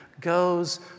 goes